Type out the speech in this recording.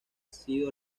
sido